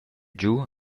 giu